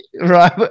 Right